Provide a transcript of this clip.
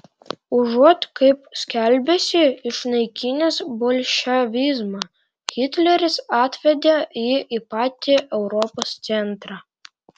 užuot kaip skelbėsi išnaikinęs bolševizmą hitleris atvedė jį į patį europos centrą